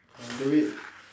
uh do we